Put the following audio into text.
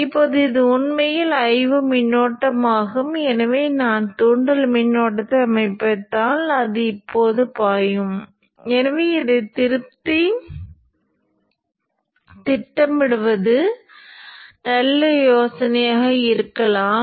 இது R plus Vin Vd ஆனது transistor அல்லது MOSFET இன் Vceo மதிப்பீட்டை விட குறைவாக இருக்க வேண்டும்